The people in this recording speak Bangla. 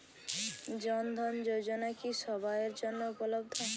জন ধন যোজনা কি সবায়ের জন্য উপলব্ধ?